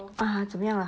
ah 怎么样